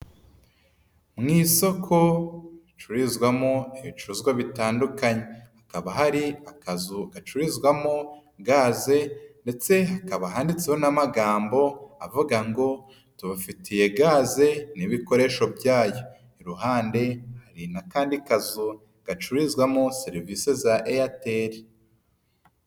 Mu isoko ricururizwamo ibicuruzwa bitandukanye. Hakaba hari akazu gacururizwamo gaze ndetse hakaba handitseho n'amagambo avuga ngo tubafitiye gaze n'ibikoresho byayo. Iruhande hari n'akandi kazu gacururizwamo serivisi za Eyateri.